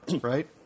right